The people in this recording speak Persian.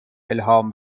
الهام